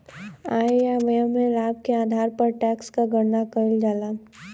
आय या व्यापार में लाभ के आधार पर टैक्स क गणना कइल जाला